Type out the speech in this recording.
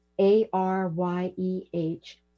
A-R-Y-E-H